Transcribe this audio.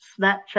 Snapchat